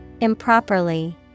improperly